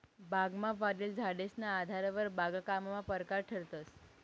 बागमा वाढेल झाडेसना आधारवर बागकामना परकार ठरतंस